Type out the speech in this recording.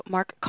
Mark